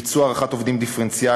ביצוע הערכת עובדים דיפרנציאלית,